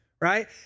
right